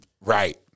Right